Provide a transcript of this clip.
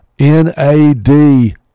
NAD